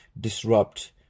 disrupt